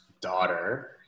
daughter